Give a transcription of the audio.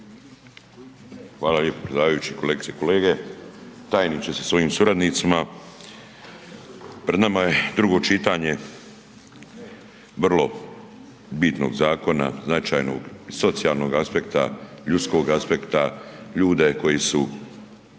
Hvala lijepo predsjedavajući. Kolegice i kolege. Tajniče sa svojim suradnicima. Pred nama je drugo čitanje vrlo bitnog zakona, značajnog iz socijalnog aspekta, ljudskog aspekta, ljudskog